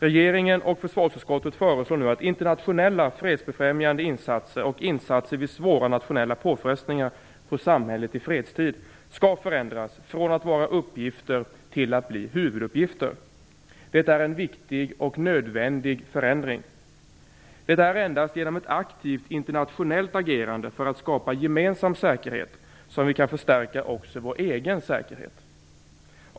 Regeringen och försvarsutskottet föreslår nu att internationella fredsbefrämjande insatser och insatser vid svåra nationella påfrestningar på samhället i fredstid skall förändras från att vara uppgifter till att bli huvuduppgifter. Det är en viktig och nödvändig förändring. Det är endast genom ett aktivt internationellt agerande för att skapa gemensam säkerhet som vi också kan förstärka vår egen säkerhet.